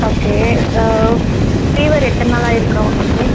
okay fever எத்தனை நாளாக இருக்குது அவங்களுக்கு